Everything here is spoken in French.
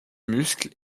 muscle